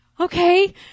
Okay